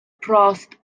prost